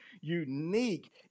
unique